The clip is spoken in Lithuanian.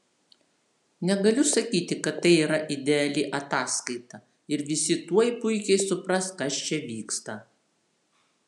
negaliu sakyti kad tai yra ideali ataskaita ir visi tuoj puikiai supras kas čia vyksta